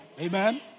Amen